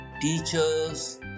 teachers